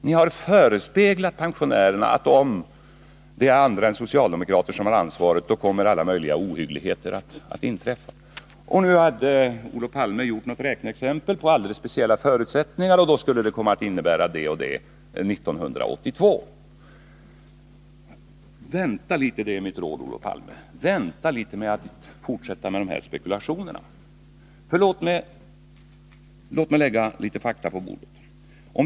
Ni har försökt ge pensionärerna intryck av att alla möjliga ohyggligheter kommer att inträffa, om det är andra än socialdemokrater som har ansvaret. Och Olof Palme hade nu utifrån alldeles speciella förutsättningar gjort ett räkneexempel som visade vilka effekterna skulle bli 1982. Vänta litet! Det är mitt råd till Olof Palme. Vänta litet med dessa spekulationer, och låt mig lägga några fakta på bordet.